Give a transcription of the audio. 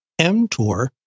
mTOR